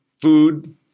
food